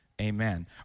amen